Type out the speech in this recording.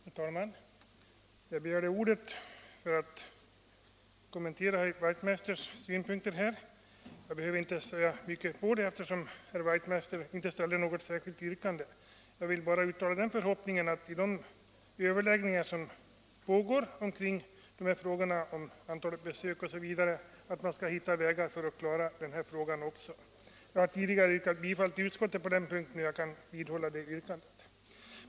Herr talman! Jag begärde ordet för att kommentera herr Wachtmeisters i Staffanstorp synpunkter. Enär herr Wachtmeister inte ställde något yrkande vill jag bara uttala den förhoppningen, att man i de överläggningar som pågår rörande frågorna om antal läkarbesök osv. skall finna vägar att lösa dessa frågor på ett tillfredsställande sätt. Jag har tidigare yrkat bifall till utskottets hemställan på denna punkt, och jag vidhåller det yrkandet.